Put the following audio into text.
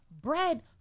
bread